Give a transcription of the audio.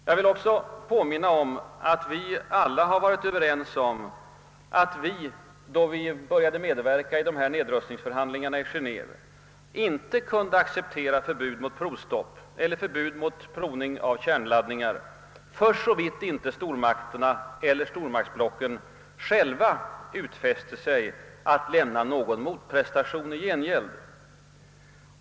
Jag vill också på minna om att vi alla har varit överens om att vi, då vi började medverka i nedrustningsförhandlingarna i Geneve, inte kunde acceptera förbud mot provstopp eller förbud mot provning av kärnladdningar för så vitt icke stormakterna eller stormaktsblocken själva utfäste sig att lämna någon motprestation i gengäld.